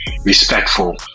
respectful